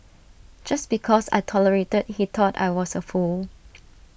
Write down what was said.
just because I tolerated he thought I was A fool